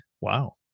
Wow